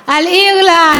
על אירלנד,